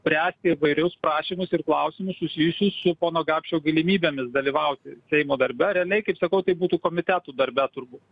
spręsti įvairius prašymus ir klausimus susijusius su pono gapšio galimybėmis dalyvauti seimo darbe realiai kaip sakau tai būtų komitetų darbe turbūt